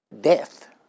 death